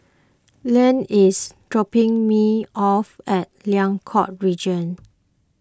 Leann is dropping me off at Liang Court Region